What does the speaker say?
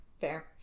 Fair